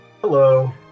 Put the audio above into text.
Hello